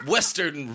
Western